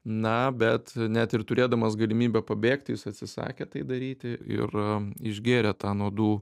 na bet net ir turėdamas galimybę pabėgti jis atsisakė tai daryti ir išgėrė tą nuodų